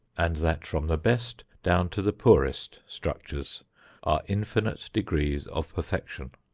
and that from the best down to the poorest structures are infinite degrees of perfection,